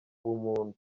ubumuntu